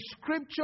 scripture